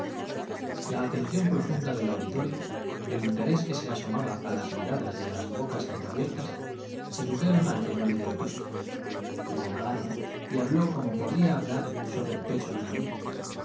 la atención profunda del auditorio el interés que se asomaba a las miradas y a las bocas entreabiertas sedujeron al tenorio de vetusta le halagaron y habló como podría hablar sobre el pecho de un amigo